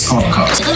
Podcast